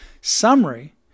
summary